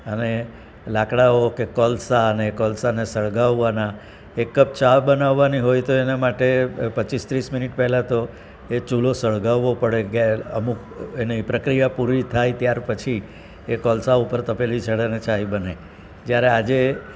અને લાકડાઓ કે કોલસાને કોલસાને સળગાવવાના એક કપ ચા બનાવવાની હોય તો એના માટે પચીસ ત્રીસ મિનિટ પહેલાં તો એ ચૂલો સળગાવવો પડે અમુક એની પ્રક્રિયા પૂરી થાય ત્યાર પછી એ કોલસા ઉપર તપેલી ચડે અને ચાય બને જ્યારે આજે